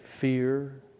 fear